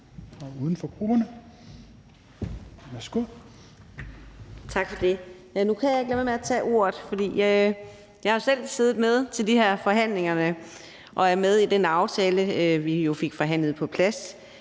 Jeg kunne ikke lade være med at tage ordet, for jeg har selv siddet med til de her forhandlinger og er med i den aftale, vi jo fik forhandlet på plads,